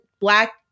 black